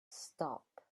stop